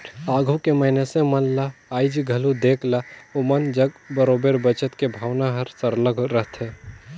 आघु के मइनसे मन ल आएज घलो देख ला ओमन जग बरोबेर बचेत के भावना हर सरलग रहथे